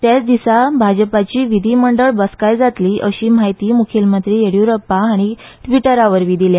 त्याचदिसा भाजपाची विधीमंडळ बसाकाय जातली अशी म्हायती मुखेलमंत्री येडियूरप्पा हाणी ट्रिटरावरवी दिल्या